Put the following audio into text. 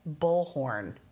bullhorn